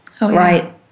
right